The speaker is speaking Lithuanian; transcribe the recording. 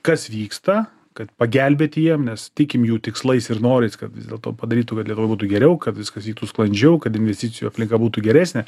kas vyksta kad pagelbėti jiem nes tikim jų tikslais ir norais kad vis dėlto padarytų kad lietuvoj būtų geriau kad viskas vyktų sklandžiau kad investicijų aplinka būtų geresnė